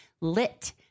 Lit